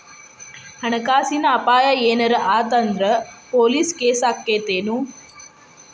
ಹಣ ಕಾಸಿನ್ ಅಪಾಯಾ ಏನರ ಆತ್ ಅಂದ್ರ ಪೊಲೇಸ್ ಕೇಸಾಕ್ಕೇತೆನು?